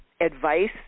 advice